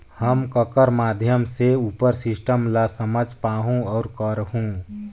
हम ककर माध्यम से उपर सिस्टम ला समझ पाहुं और करहूं?